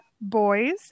boys